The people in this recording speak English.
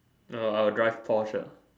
uh I will drive porsche uh